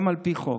גם על פי חוק,